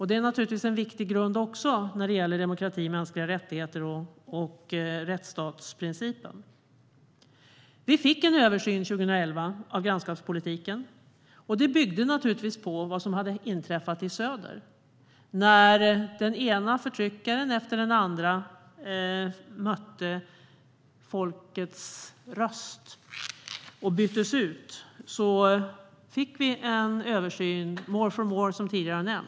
Det är naturligtvis en viktig grund när det gäller demokrati, mänskliga rättigheter och rättsstatsprincipen. Vi fick en översyn av grannskapspolitiken 2011. Den byggde givetvis på vad som hade inträffat i söder. När den ena förtryckaren efter andra mötte folkets röst och byttes ut fick vi en översyn, more-for-more, som nämnts tidigare.